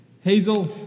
Hazel